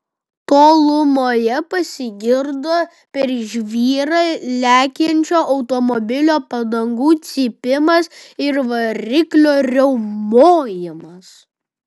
tolumoje pasigirdo per žvyrą lekiančio automobilio padangų cypimas ir variklio riaumojimas